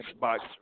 box